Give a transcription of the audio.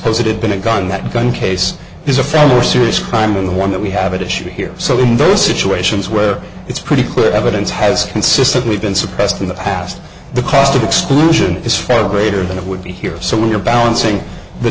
suppose it had been a gun that gun case is a fairly serious crime in the one that we have issue here so in those situations where it's pretty clear evidence has consistently been suppressed in the past the cost of exclusion is far greater than it would be here so when you're balancing the